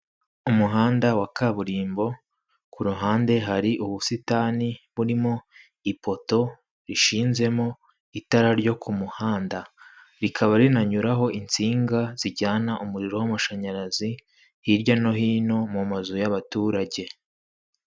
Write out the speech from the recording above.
Umuhanda wa kaburimbo ku ruhande hari ubusitani burimo ipoto rishinzemo itara ryo ku kumuhanda, rikaba rinanyuraho insinga zijyana umuriro w'amashanyarazi hirya no hino mu mazu y'abaturage.